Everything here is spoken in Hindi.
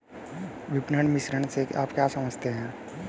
विपणन मिश्रण से आप क्या समझते हैं?